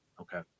Okay